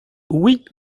oui